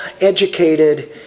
educated